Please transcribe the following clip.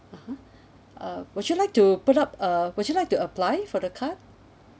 uh would you like to put up uh would you like to apply for the card